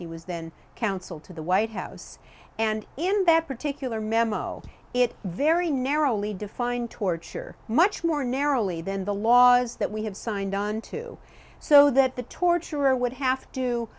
he was then counsel to the white house and in that particular memo it very narrowly define torture much more narrowly than the laws that we have signed on to so that the torturer would have to